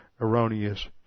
erroneous